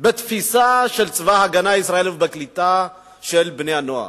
בתפיסה של צבא-הגנה לישראל בקליטה של בני-הנוער.